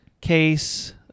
case